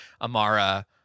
Amara